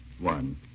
One